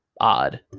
odd